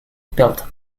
built